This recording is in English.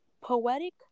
Poetic